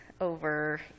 over